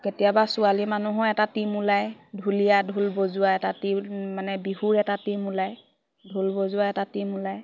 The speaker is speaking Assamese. কেতিয়াবা ছোৱালী মানুহো এটা টিম ওলায় ঢুলীয়া ঢোল বজোৱা এটা ট মানে বিহুৰ এটা টিম ওলায় ঢোল বজোৱা এটা টিম ওলায়